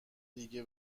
دیگه